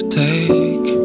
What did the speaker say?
take